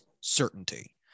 certainty